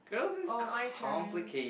oh my turn